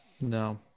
no